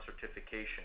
certification